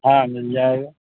ہاں مل جائے گا